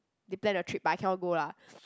they planned the trip but I cannot go lah